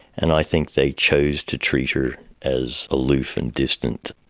and i think they chose to treat her as aloof and distant.